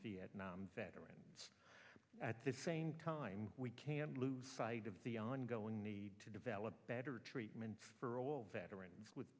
vietnam veterans at the same time we can't lose sight of the ongoing need to develop better treatment for all veterans with